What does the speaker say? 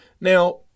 Now